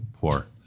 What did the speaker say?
poor